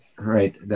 Right